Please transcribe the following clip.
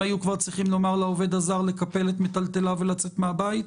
הם היו כבר צריכים לומר לעובד הזר לקפל את מטלטליו ולצאת מהבית?